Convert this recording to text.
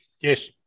Yes